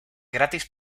gratis